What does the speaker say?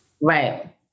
Right